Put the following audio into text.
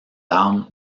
armes